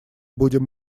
будем